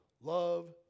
love